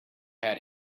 had